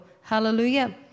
Hallelujah